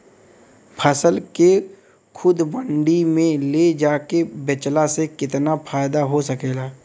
फसल के खुद मंडी में ले जाके बेचला से कितना फायदा हो सकेला?